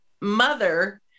mother